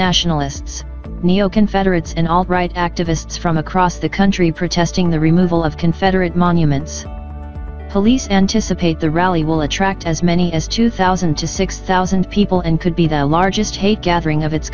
nationalists neo confederates and all right activists from across the country protesting the removal of confederate monuments police anticipate the rally will attract as many as two thousand to six thousand people and could be the largest gathering of its